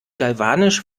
galvanisch